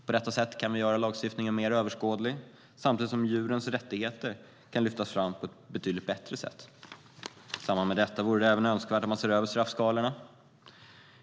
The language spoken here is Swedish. På detta sätt kan vi göra lagstiftningen mer överskådlig samtidigt som djurens rättigheter kan lyftas fram på ett betydligt bättre sätt.I samband med detta vore det även önskvärt att man ser över straffskalorna.